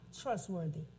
trustworthy